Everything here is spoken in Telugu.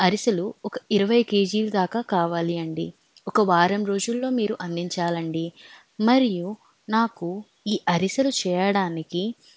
అరిసెలు ఒక ఇరవై కే జీలు దాకా కావాలి అండి ఒక వారం రోజుల్లో మీరు అందించాలండి మరియు నాకు ఈ అరిసెలు చేయడానికి